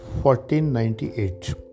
1498